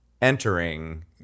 entering